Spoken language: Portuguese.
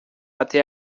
até